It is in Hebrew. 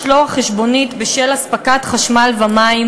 משלוח חשבונית בשל אספקת חשמל ומים),